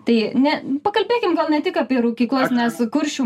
tai ne pakalbėkim gal ne tik apie rūkyklas nes kuršių